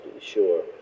sure